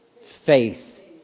faith